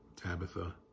Tabitha